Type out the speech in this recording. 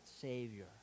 Savior